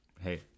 hey